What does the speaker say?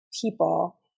people